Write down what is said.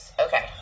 Okay